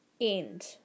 End